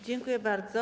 Dziękuję bardzo.